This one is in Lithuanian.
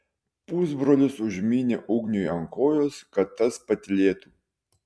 pusbrolis užmynė ugniui ant kojos kad tas patylėtų